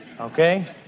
okay